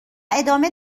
ادامه